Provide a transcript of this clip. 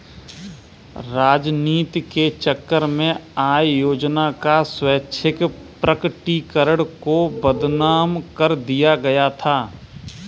राजनीति के चक्कर में आय योजना का स्वैच्छिक प्रकटीकरण को बदनाम कर दिया गया था